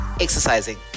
exercising